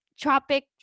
Tropic